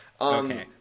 Okay